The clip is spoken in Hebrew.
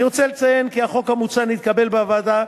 אני רוצה לציין כי החוק המוצע נתקבל בוועדה,